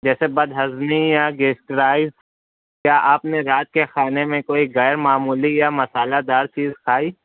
جیسے بد ہضمی یا گیسٹرائزکیا آپ نے رات کے کھانے میں کوئی غیرمعمولی یا مسالہ دار چیز کھائی